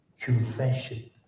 confession